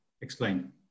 explain